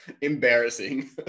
embarrassing